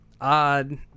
odd